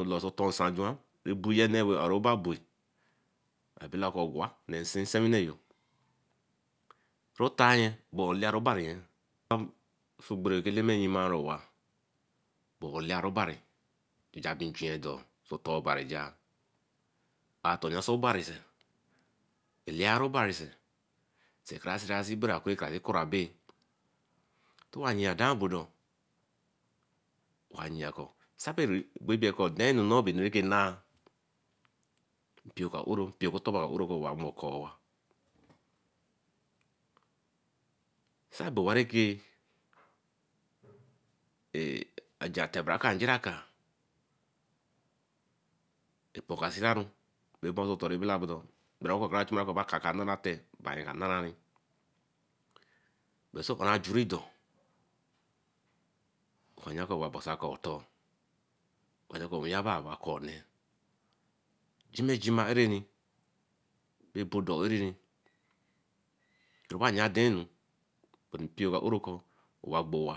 ɔ-lor oso ɔtɔɔ nsa jua rɛ bui nɛẹ wɛ a-o nɔ ɔbabs bui. abela kɔ ogwa ne-nsi nsɛwine yo. Nɔ ɔtaa-yɛ, bɛ ɔ-ɔ olearu oban nye. Dɔ osii ogbere nɛ oku Eleme yima-ari owa. bɛ ɔ-ɔ oleas ru oban. Ja-a bɛ nju nyɛ þɔ oso ɔtɔɔ oban ja-a? A-ɔtɔ ya nsi oban sɛ? Elea-ru oban sɛ? Sɛ ekara sira si bera oku rɛ ekarfa kora abbe? Ntɔ owa yia þamɔ bɔdɔ, owa yia kɔ sabɛ ɛbo ebiɛ kɔ adaa enu nɔɔ bɛ enu nẹ e-naa. mpio yo ka-o’ro. mpio oku ɔtɔ baa ka o’ro kɔ owa mɔ akaaowa. Sɛ abɛ owa rɛkɛ err. ajɛ atɛ bãrã aka njeri akaa, ɛpɔ kasira-ru bɛ ɛbaa oso ɔtɔɔ nɛ bɛla bɔþɔ-ɔ gbrreru kɔ ɔka kara chuma kɔ ba aka kanama atɛ bɛ ayẹ ka nara-e-ri.(But)ɔsɔ o-o rɛ ajun þɔ, ɔka ya kɔ owa ba oso akaa ɔtɔɔ, ɔka ya kɔ onwi yaba-a bɛ akaa oneh jima jima e-ren, bɛ ebo þɔ e-reri, nɔ ba ya-a ada-enu, (but)mpio yo ka-o’ro kɔ owa gbo owa